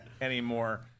anymore